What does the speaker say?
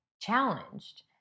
challenged